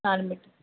நாலு மீட்டர்